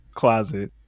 closet